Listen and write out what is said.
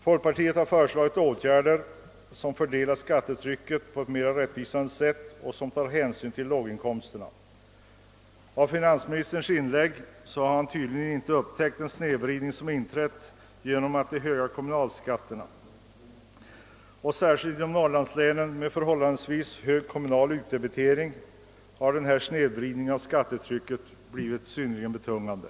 Folkpartiet har föreslagit åtgärder som fördelar skattetrycket på ett mera rättvisande sätt och som tar hänsyn till låginkomsttagarna. Av finansministerns inlägg i dag att döma har han inte upptäckt den snedvridning som blivit en följd av de höga kommunalskatterna. Särskilt i norrlandslänen med den förhållandevis höga kommunala utdebitering som där förekommer har denna snedvridning av skattetrycket blivit mycket betungande.